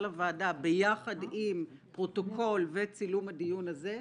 הוועדה ביחד עם פרוטוקול וצילום הדיון זה,